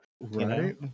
Right